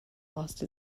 lost